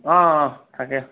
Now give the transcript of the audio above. অ অ থাকে